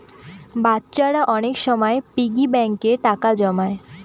বাচ্চারা অনেক সময় পিগি ব্যাঙ্কে টাকা জমায়